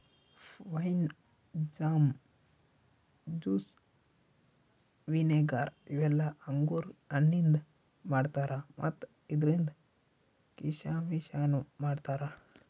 wine, jam, juice, vinegar ಇವೆಲ್ಲ ಅಂಗುರ್ ಹಣ್ಣಿಂದ್ ಮಾಡ್ತಾರಾ ಮತ್ತ್ ಇದ್ರಿಂದ್ ಕೀಶಮಿಶನು ಮಾಡ್ತಾರಾ